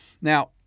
Now